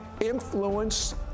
influenced